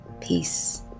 Peace